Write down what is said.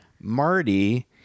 Marty